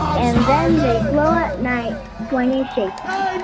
and then they glow at night when you shake them